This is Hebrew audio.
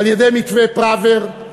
על-ידי מתווה פראוור,